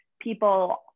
people